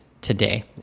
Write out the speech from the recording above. today